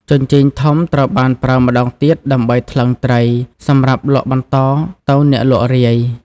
ជញ្ជីងធំ ត្រូវបានប្រើម្តងទៀតដើម្បីថ្លឹងត្រី សម្រាប់លក់បន្តទៅអ្នកលក់រាយ។